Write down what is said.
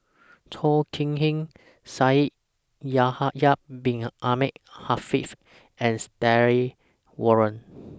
Chong Kee Hiong Shaikh Yahya Bin Ahmed Afifi and Stanley Warren